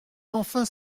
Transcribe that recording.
enfin